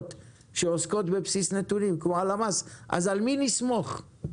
שעוסקות בבסיס נתונים כמו הלמ"ס אז על מי נסמוך?